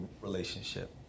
relationship